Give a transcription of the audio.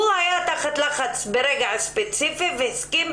הוא היה תחת לחץ ברגע ספציפי והסכים